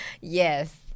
Yes